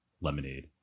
lemonade